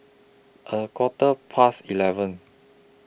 A Quarter Past eleven